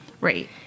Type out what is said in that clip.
Right